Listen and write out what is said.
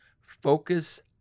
Focus